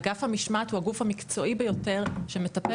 אגף המשמעת הוא הגוף המקצועי ביותר שמטפל